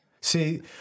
See